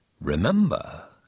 remember